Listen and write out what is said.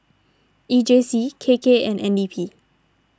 E J C K K and N D P